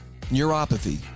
neuropathy